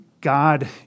God